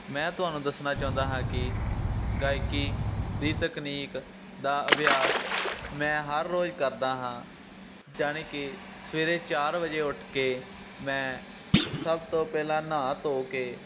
ਮੈਂ ਤੁਹਾਨੂੰ ਦੱਸਣਾ ਚਾਹੁੰਦਾ ਹਾਂ ਕਿ ਗਾਇਕੀ ਦੀ ਤਕਨੀਕ ਦਾ ਅਭਿਆਸ ਮੈਂ ਹਰ ਰੋਜ਼ ਕਰਦਾ ਹਾਂ ਜਾਨੀ ਕਿ ਸਵੇਰੇ ਚਾਰ ਵਜੇ ਉੱਠ ਕੇ ਮੈਂ ਸਭ ਤੋਂ ਪਹਿਲਾਂ ਨਹਾ ਧੋ ਕੇ